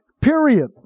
Period